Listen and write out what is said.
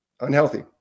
unhealthy